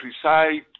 preside